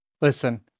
listen